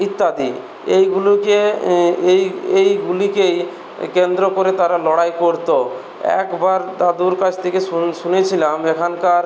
ইত্যাদি এইগুলোকে এই এই এইগুলিকেই কেন্দ্র করে তাঁরা লড়াই করত একবার দাদুর কাছ থেকে শুনেছিলাম এখানকার